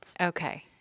Okay